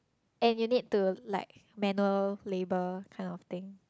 and you need to like manual labour kind of thing